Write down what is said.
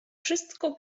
wszystko